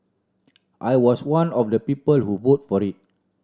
I was one of the people who vote for it